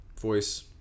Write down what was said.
voice